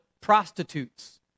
prostitutes